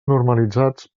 normalitzats